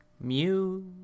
Mew